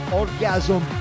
orgasm